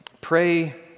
Pray